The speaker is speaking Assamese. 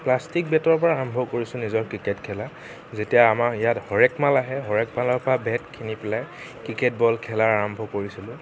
প্লাষ্টিক বেটৰ পৰা আৰম্ভ কৰিছোঁ নিজৰ ক্ৰিকেট খেলা যেতিয়া আমাৰ ইয়াত হৰেকমাল আহে হৰেকমালৰ পৰা বেট কিনি পেলাই ক্ৰিকেট বল খেলা আৰম্ভ কৰিছিলোঁ